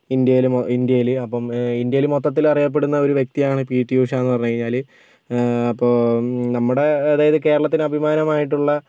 ഇന്ത്യയില് ഇന്ത്യയില് അപ്പോൾ ഇന്ത്യയിൽ മൊത്തത്തിൽ അറിയപ്പെടുന്ന ഒരു വ്യക്തിയാണ് പി ടി ഉഷ എന്ന് പറഞ്ഞ് കഴിഞ്ഞാൽ അപ്പോൾ നമ്മുടെ ഇടയിൽ കേരളത്തിന് അഭിമാനമായിട്ടുള്ള